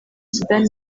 sudan